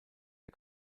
der